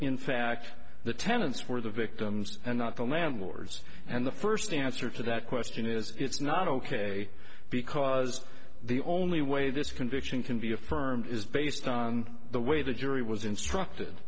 in fact the tenants were the victims and not the landlords and the first answer to that question is it's not ok because the only way this conviction can be affirmed is based on the way the jury was instructed